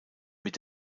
mit